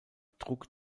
trug